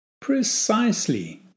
Precisely